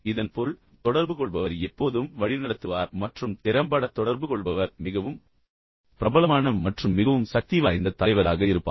இதன் பொருள் தொடர்புகொள்பவர் எப்போதும் வழிநடத்துவார் மற்றும் திறம்பட தொடர்புகொள்பவர் மிகவும் பிரபலமான மற்றும் மிகவும் சக்திவாய்ந்த தலைவராக இருப்பார்